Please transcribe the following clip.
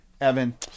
Evan